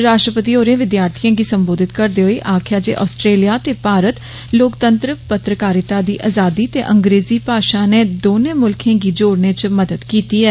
राष्ट्रपति होरे विद्यार्थी गी सम्बोधित करदे होई आक्खेआ जे आस्ट्रेलिया ते भारत लोकतंत्र पत्रकारिता दी आज़ादी ते अंग्रेजी भाषा ने दोने मुल्खे गी जोड़ने च मद्द किती ऐ